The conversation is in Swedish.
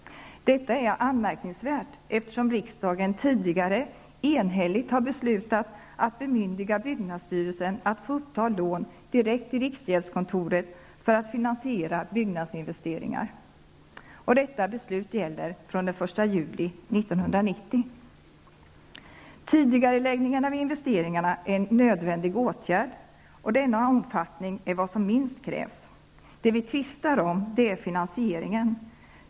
Detta är anmärkningsvärt eftersom riksdagen tidigare enhälligt har beslutat att bemyndiga byggnadsstyrelsen att få uppta lån direkt i riksgäldskontoret för att finansiera byggnadsinvesteringar. Detta beslut gäller från den Tidigareläggningen av investeringarna är en nödvändig åtgärd, och denna omfattning är vad som minst krävs. Det vi tvistar om är finansieringen.